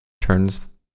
turns